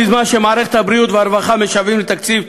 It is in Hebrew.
בזמן שמערכות הבריאות והרווחה משוועות לתקציב,